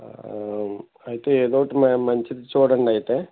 అయితే ఏదో ఒకటి మ మంచిది చూడండి అయితే